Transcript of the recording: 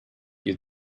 you